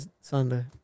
Sunday